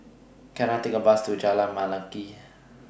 Can I Take A Bus to Jalan Mendaki